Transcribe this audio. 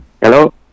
Hello